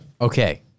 Okay